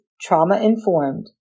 trauma-informed